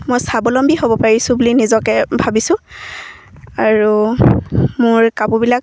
মই স্বাৱলম্বী হ'ব পাৰিছোঁ বুলি নিজকে ভাবিছোঁ আৰু মোৰ কাপোৰবিলাক